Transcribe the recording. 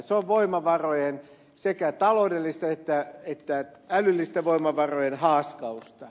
se on sekä taloudellista että älyllistä voimavarojen haaskausta